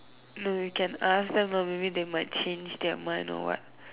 no you can ask them lor maybe they might change their mind or what